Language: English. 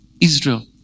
Israel